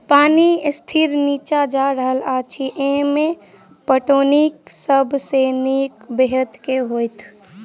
पानि स्तर नीचा जा रहल अछि, एहिमे पटौनीक सब सऽ नीक ब्योंत केँ होइत?